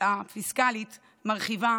פיסקלית מרחיבה